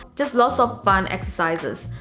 just lots of fun exercises.